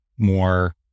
more